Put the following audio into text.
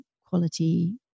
quality